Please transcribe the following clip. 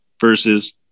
versus